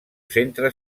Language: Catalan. centre